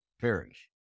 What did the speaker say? perish